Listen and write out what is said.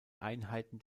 einheiten